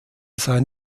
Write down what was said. sein